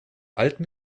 alten